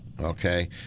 okay